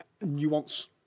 nuance